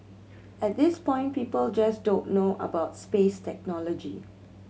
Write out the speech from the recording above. at this point people just don't know about space technology